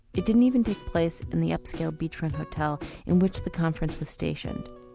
it didn't even take place in the upscale betram hotel in which the conference was stationed.